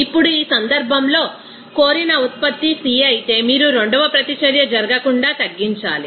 ఇప్పుడు ఈ సందర్భంలో కోరిన ఉత్పత్తి C అయితే మీరు రెండవ ప్రతిచర్య జరగకుండా తగ్గించాలి